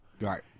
Right